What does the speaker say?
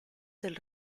del